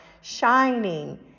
shining